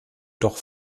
doch